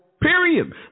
period